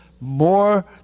more